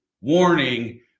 warning